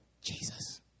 Jesus